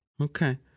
Okay